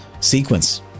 sequence